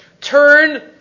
turn